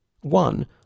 One